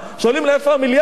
שואלים: איפה המיליארדים?